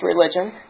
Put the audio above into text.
religion